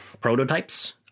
prototypes